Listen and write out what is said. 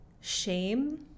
shame